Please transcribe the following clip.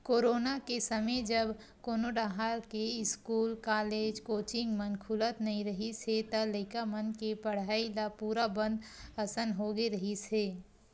corona के समे जब कोनो डाहर के इस्कूल, कॉलेज, कोचिंग मन खुलत नइ रिहिस हे त लइका मन के पड़हई ल पूरा बंद असन होगे रिहिस हे